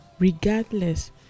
regardless